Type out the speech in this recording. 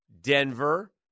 Denver